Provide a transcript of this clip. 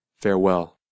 Farewell